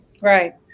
Right